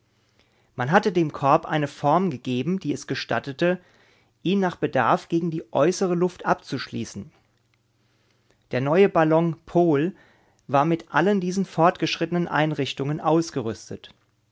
man hatte dem korb eine form gegeben die es gestattete ihn nach bedarf gegen die äußere luft abzuschließen der neue ballon pol war mit allen diesen fortgeschrittenen einrichtungen ausgerüstet